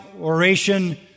oration